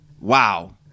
Wow